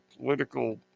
political